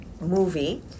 movie